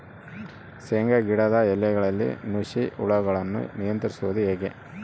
ಶೇಂಗಾ ಗಿಡದ ಎಲೆಗಳಲ್ಲಿ ನುಷಿ ಹುಳುಗಳನ್ನು ನಿಯಂತ್ರಿಸುವುದು ಹೇಗೆ?